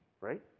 right